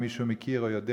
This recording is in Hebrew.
אם מישהו מכיר או יודע,